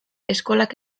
eskolak